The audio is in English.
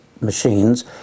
machines